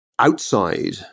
outside